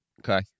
Okay